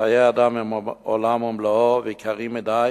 חיי אדם הם עולם ומלואו ויקרים מדי